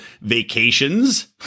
vacations